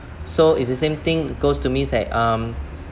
so it's the same thing goes to me is like um